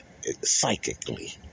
psychically